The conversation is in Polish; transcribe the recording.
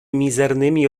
mizernymi